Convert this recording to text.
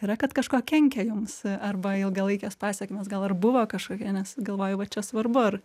yra kad kažkuo kenkia jums arba ilgalaikės pasekmės gal ir buvo kažkokia nes galvoju va čia svarbu ar